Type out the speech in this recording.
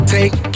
Take